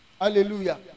hallelujah